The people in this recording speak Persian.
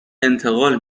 انتقال